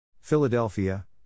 Philadelphia